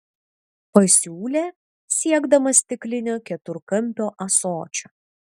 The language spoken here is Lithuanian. pasiūlė siekdamas stiklinio keturkampio ąsočio